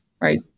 right